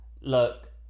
look